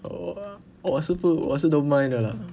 我我是不我是 don't mind 的啦